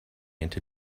into